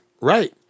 right